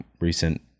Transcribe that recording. recent